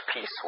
peace